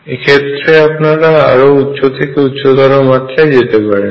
এক্ষেত্রে আপনরা আরো উচ্চ থেকে উচ্চতর মাত্রায় যেতে পারেন